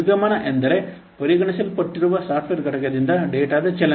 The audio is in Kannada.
ನಿರ್ಗಮನ ಎಂದರೆ ಪರಿಗಣಿಸಲ್ಪಟ್ಟಿರುವ ಸಾಫ್ಟ್ವೇರ್ ಘಟಕದಿಂದ ಡೇಟಾದ ಚಲನೆ